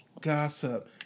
gossip